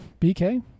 BK